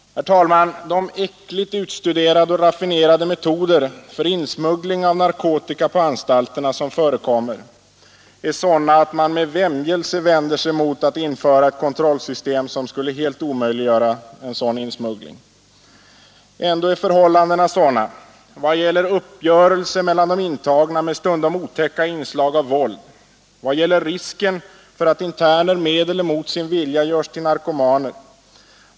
Herr talman! De äckligt utstuderade och raffinerade metoder för insmuggling av narkotika på anstalterna som förekommer är sådana att man med vämjelse vänder sig mot att införa ett kontrollsystem som skulle helt omöjliggöra sådan insmuggling. Ändå är förhållandena sådana, vad gäller uppgörelser mellan de intagna med stundom otäcka inslag av våld. vad gäller risken för att interner med eller mor sin vilja görs till narkomaner.